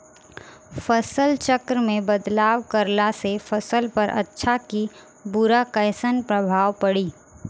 फसल चक्र मे बदलाव करला से फसल पर अच्छा की बुरा कैसन प्रभाव पड़ी?